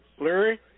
Larry